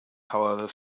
however